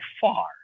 far